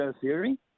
theory